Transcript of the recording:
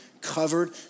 covered